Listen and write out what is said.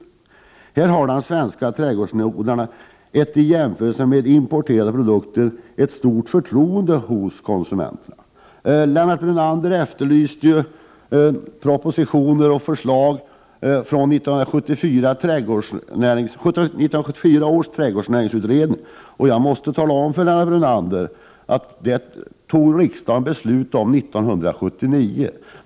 I det avseendet har de svenska trädgårdsodlarna jämfört med utländska konkurrenter ett stort förtroende hos konsumenterna. Lennart Brunander efterlyste propositioner med anledning av de förslag som 1974 års trädgårdsnäringsutredning lade fram. Jag måste tala om för Lennart Brunander att riksdagen fattade beslut med anledning av denna utrednings förslag redan 1979.